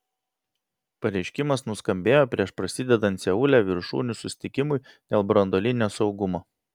pareiškimas nuskambėjo prieš prasidedant seule viršūnių susitikimui dėl branduolinio saugumo